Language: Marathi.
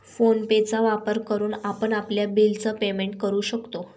फोन पे चा वापर करून आपण आपल्या बिल च पेमेंट करू शकतो